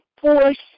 force